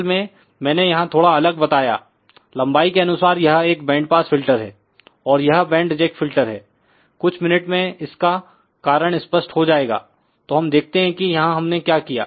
असल में मैंने यहां थोड़ा अलग बतायालंबाई के अनुसार यह एक बैंड पास फिल्टर हैऔर यह बैंड रिजेक्ट फिल्टरहै कुछ मिनट में इसका कारण स्पष्ट हो जाएगा तो हम देखते हैं कि यहां हमने क्या किया